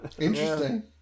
Interesting